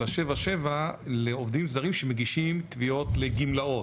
ה-77 לעובדים זרים שמגישים תביעות לגמלאות.